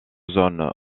zones